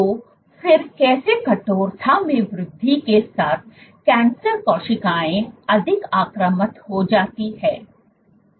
तो फिर कैसे कठोरता में वृद्धि के साथ कैंसर कोशिकाएं अधिक आक्रामक हो जाती हैं